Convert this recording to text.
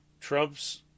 Trump's